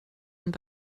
und